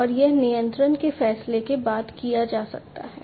और यह नियंत्रण के फैसले के बाद किया जा सकता है